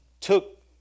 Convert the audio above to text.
took